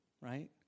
right